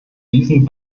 diesen